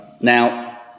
Now